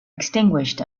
extinguished